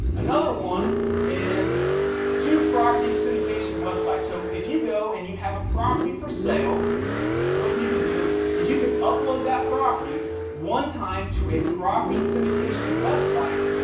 another one is two property syndication website. so if you go and you have a property for sale what you can do is you can upload that property one time to a property syndication website.